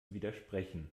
widersprechen